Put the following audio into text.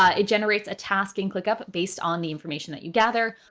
ah it generates a task and clickup, based on the information that you gather.